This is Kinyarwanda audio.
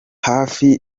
hafi